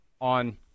on